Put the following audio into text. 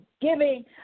giving